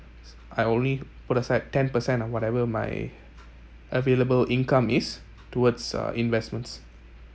I only put aside ten percent of whatever my available income is towards uh investments